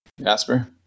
Jasper